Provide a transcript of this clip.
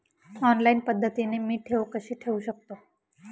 Online पद्धतीने मी ठेव कशी ठेवू शकतो?